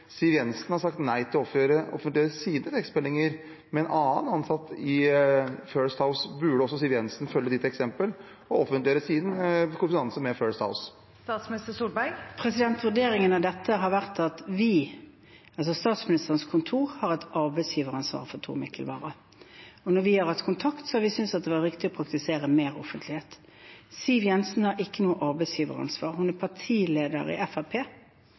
Siv Jensen har sagt nei til å offentliggjøre sine tekstmeldinger med en annen ansatt i First House. Burde også Siv Jensen følge statsministerens eksempel og offentliggjøre sin korrespondanse med First House? Vurderingen av dette har vært at vi – Statsministerens kontor – har et arbeidsgiveransvar for Tor Mikkel Wara. Når vi har hatt kontakt, har vi syntes det var riktig å praktisere mer offentlighet. Siv Jensen har ikke noe arbeidsgiveransvar. Hun er partileder i